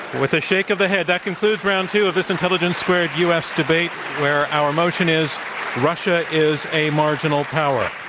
with a shake of the head, that concludes round two of this intelligence squared u. s. debate where our motion is russia is a marginal power.